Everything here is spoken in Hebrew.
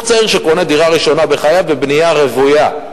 צעיר שקונה דירה ראשונה בחייו בבנייה רוויה,